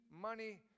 money